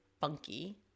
funky